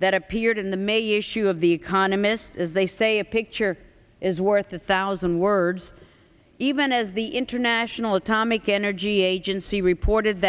that appeared in the may issue of the economist they say a picture is worth a thousand words even as the international atomic energy agency reported